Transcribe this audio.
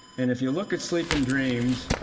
and if you look at sleep and dreams